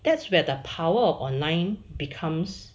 that's where the power of online becomes